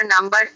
number